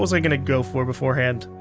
was i gonna go for beforehand?